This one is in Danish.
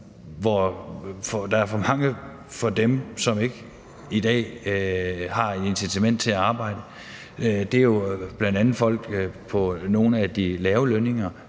stadig væk for mange af dem, som ikke i dag har et incitament til at arbejde. Bl.a. folk med nogle af de lave lønninger